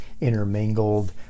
intermingled